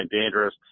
dangerous